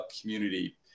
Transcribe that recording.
community